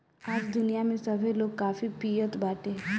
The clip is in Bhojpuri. आज दुनिया में सभे लोग काफी पियत बाटे